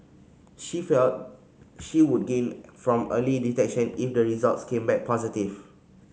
she felt she would gain from early detection if the results came back positive